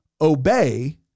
obey